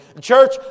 Church